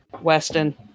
Weston